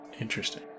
Interesting